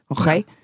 Okay